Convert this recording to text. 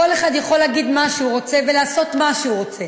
כל אחד יכול להגיד מה שהוא רוצה ולעשות מה שהוא רוצה,